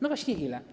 No właśnie ile?